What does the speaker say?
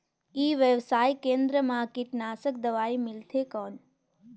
ई व्यवसाय केंद्र मा कीटनाशक दवाई मिलथे कौन?